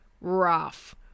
Rough